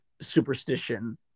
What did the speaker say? superstition